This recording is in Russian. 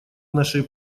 нашей